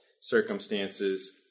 circumstances